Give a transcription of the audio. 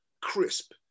crisp